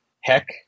heck